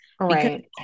right